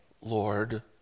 Lord